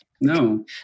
No